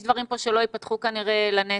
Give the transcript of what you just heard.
יש דברים פה שלא יפתחו כנראה לנצח.